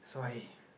so I